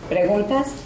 Preguntas